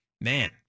man